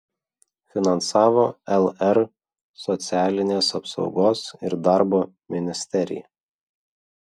finansavo lr socialinės apsaugos ir darbo ministerija